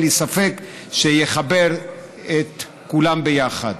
אין לי ספק שיחבר את כולם ביחד.